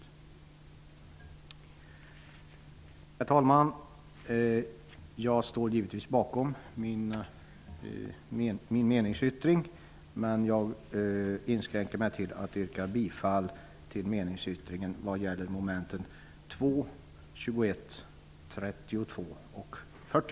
Herr talman! Jag står givetvis bakom min meningsyttring, men jag inskränker mig till att yrka bifall till meningsyttringen vad gäller mom. 2, 21,